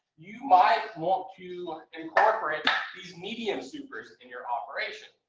you might want to incorporate these medium supers in your operation.